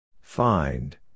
Find